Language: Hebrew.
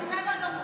בסדר גמור.